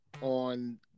on